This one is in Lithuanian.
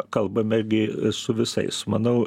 kalbame gi su visais manau